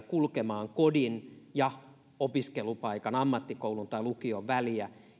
kulkemaan kodin ja opiskelupaikan ammattikoulun tai lukion väliä